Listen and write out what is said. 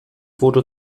wurde